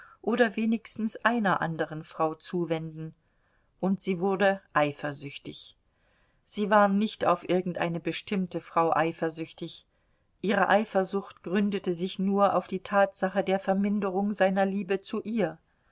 oder wenigstens einer anderen frau zuwenden und sie wurde eifersüchtig sie war nicht auf irgendeine bestimmte frau eifersüchtig ihre eifersucht gründete sich nur auf die tatsache der verminderung seiner liebe zu ihr